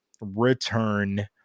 return